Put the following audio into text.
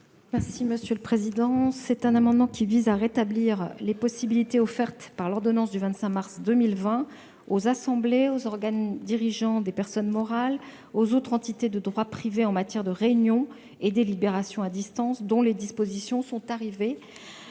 Mme la ministre déléguée. Cet amendement vise à rétablir les possibilités offertes par l'ordonnance du 25 mars 2020 aux assemblées et aux organes dirigeants des personnes morales et autres entités de droit privé en matière de réunion et de délibération à distance, ces dispositions étant arrivées